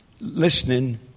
listening